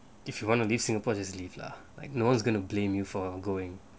if you want to leave singapore just leave lah like no one's going to blame you for going